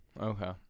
Okay